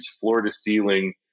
floor-to-ceiling